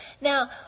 Now